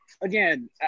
again